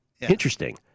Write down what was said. Interesting